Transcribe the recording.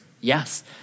Yes